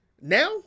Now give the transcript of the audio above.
now